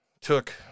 took